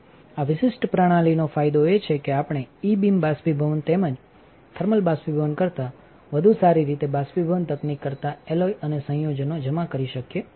આ વિશિષ્ટ પ્રણાલીનો ફાયદો એ છે કે આપણે ઇ બીમ બાષ્પીભવન તેમજ થર્મલ બાષ્પીભવન કરતાં વધુ સારી રીતે બાષ્પીભવન તકનીક કરતાં એલોય અને સંયોજનો જમા કરી શકીએ છીએ